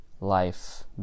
life